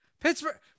Pittsburgh